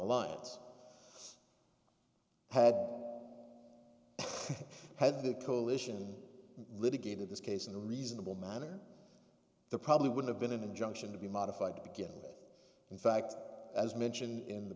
alliance had had the coalition litigated this case in a reasonable manner the probably would have been an injunction to be modified to begin with in fact as mentioned in the